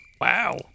Wow